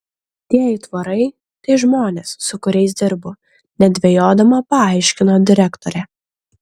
tie aitvarai tai žmonės su kuriais dirbu nedvejodama paaiškino direktorė